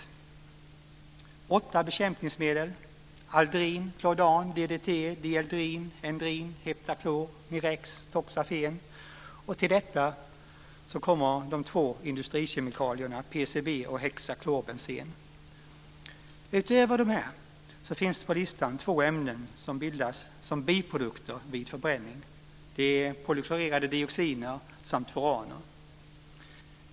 Det är åtta bekämpningsmedel - aldrin, klordan, DDT, dieldrin, endrin, heptaklor, mirex och toxafen. Till detta kommer de två industrikemikalierna PCB och hexaklorbenzen. Utöver dessa finns på listan två ämnen som bildas som biprodukter vid förbränning. Det är polyklorerade dioxiner och furaner.